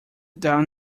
down